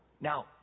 Now